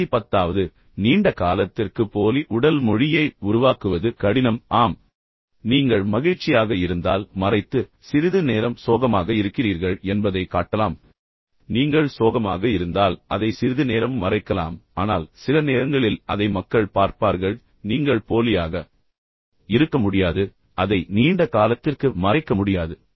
கடைசி பத்தாவது நீண்ட காலத்திற்கு போலி உடல் மொழியை உருவாக்குவது கடினம் ஆம் எனவே நீங்கள் மகிழ்ச்சியாக இருந்தால் நீங்கள் மறைத்து நீங்கள் சிறிது நேரம் சோகமாக இருக்கிறீர்கள் என்பதைக் காட்டலாம் அதற்கு நேர்மாறாக நீங்கள் சோகமாக இருந்தால் அதை சிறிது நேரம் மறைக்கலாம் ஆனால் சில நேரங்களில் அதை மக்கள் பார்ப்பார்கள் நீங்கள் போலியாக இருக்க முடியாது அதை நீண்ட காலத்திற்கு மறைக்க முடியாது